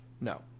No